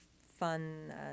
fun